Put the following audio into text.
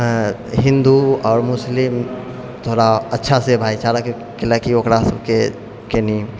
हिन्दू आओर मुस्लिम थोड़ा अच्छासँ भाइचारा मतलब कियाकि ओकरासबके कनि